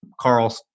Carl